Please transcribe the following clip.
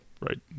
Right